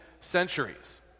centuries